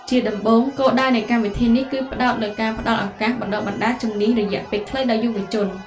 ជាដំបូង គោលដៅនៃកម្មវិធីនេះគឺផ្តោតលើការផ្តល់ឱកាសបណ្តុះបណ្តាលជំនាញរយៈពេលខ្លីដល់យុវជន។